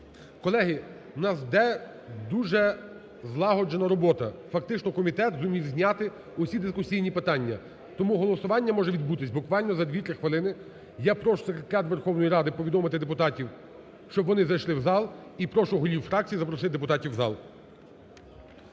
Колеги, у нас йде дуже злагоджено робота, фактично комітет зумів зняти усі дискусійні питання. Тому голосування може відбутися буквально за дві, три хвилини. Я прошу секретаріат Верховної Ради повідомити депутатів, щоб вони зайшли в зал, і прошу голів фракцій запросити депутатів в зал.